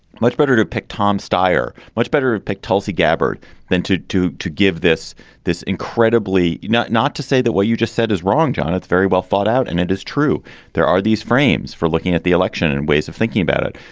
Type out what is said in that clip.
much better to pick tom stier, much better pick tulsi gabbard than to to give this this incredibly not not to say that what you just said is wrong. john, it's very well thought out. and it is true there are these frames for looking at the election and ways of thinking about it.